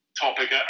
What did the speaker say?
topic